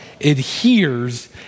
adheres